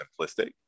simplistic